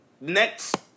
next